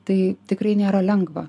tai tikrai nėra lengva